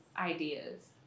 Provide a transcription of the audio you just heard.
ideas